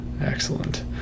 Excellent